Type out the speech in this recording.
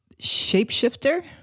shapeshifter